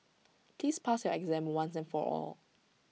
please pass your exam once and for all